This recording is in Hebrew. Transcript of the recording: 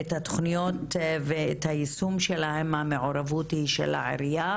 את התוכניות ואת היישום שלהם המעורבות היא של העירייה